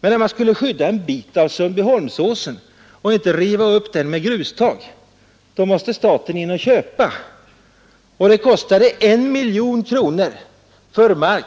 Men när vi skulle skydda en bit av Sundbyholmsåsen och hindra markägaren från att öppna grustag där, måste staten gå in och köpa. Det kostade 1 miljon kronor för mark